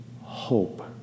hope